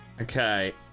Okay